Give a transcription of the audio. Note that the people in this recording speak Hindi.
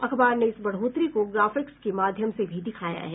अखबार ने इस बढ़ोतरी को ग्राफिक्स के माध्यम से भी दिखाया है